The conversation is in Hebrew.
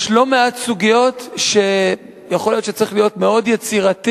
יש לא מעט סוגיות שיכול להיות שצריך להיות מאוד יצירתי,